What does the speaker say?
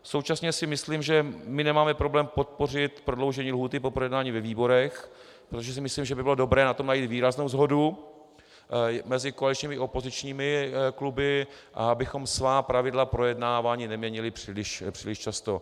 Současně si myslím, že my nemáme problém podpořit prodloužení lhůty po projednání ve výborech, protože si myslím, že by bylo dobré na tom najít výraznou shodu mezi koaličními i opozičními kluby, a abychom svá pravidla projednávání neměnili příliš často.